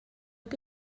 que